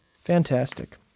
Fantastic